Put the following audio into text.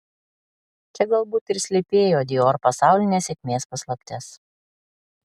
čia galbūt ir slypėjo dior pasaulinės sėkmės paslaptis